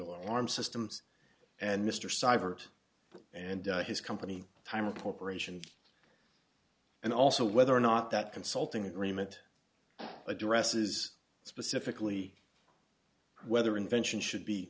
alarm systems and mr seibert and his company time a corporation and also whether or not that consulting agreement addresses specifically whether invention should be